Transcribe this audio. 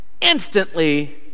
instantly